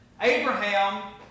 Abraham